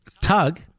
Tug